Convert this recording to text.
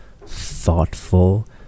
thoughtful